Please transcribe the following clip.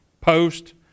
post